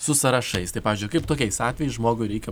su sąrašais tai pavyzdžiui kaip tokiais atvejais žmogui reikia